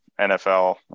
NFL